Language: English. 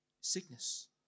sickness